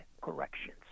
corrections